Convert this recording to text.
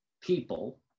people